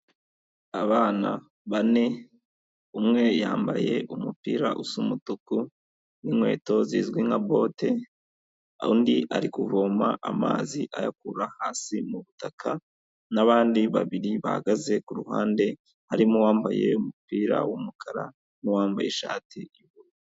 Abana bane, umwe yambaye umupira usa umutuku n'inkweto zizwi nka bote, undi ari kuvoma amazi ayakura hasi mu butaka, n'abandi babiri bahagaze ku ruhande, harimo uwambaye umupira w'umukara n'uwambaye ishati y'ubururu.